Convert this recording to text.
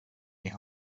est